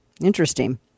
Interesting